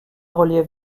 relief